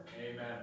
Amen